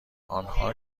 آنها